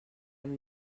hem